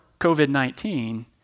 COVID-19